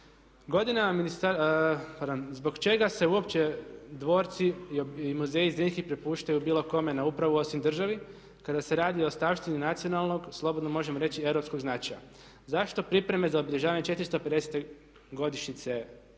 previše koristi. Zbog čega se uopće dvorci i muzeji Zrinski prepuštaju bilo kome na upravu osim državi kada se radi o ostavštini nacionalnog, slobodno možemo reći europskog značaja? Zašto pripreme za obilježavanje 450.-te godišnjice